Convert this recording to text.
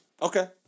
Okay